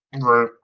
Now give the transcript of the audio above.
Right